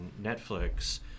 Netflix